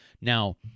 Now